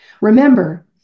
Remember